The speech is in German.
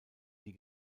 die